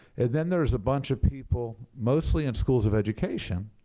and then there is a bunch of people, mostly in schools of education,